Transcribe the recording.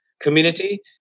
community